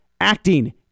acting